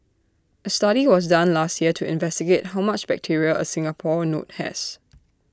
A study was done last year to investigate how much bacteria A Singapore note has